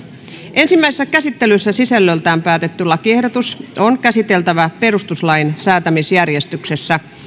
ensimmäisessä käsittelyssä sisällöltään päätetty lakiehdotus on käsiteltävä perustuslain säätämisjärjestyksessä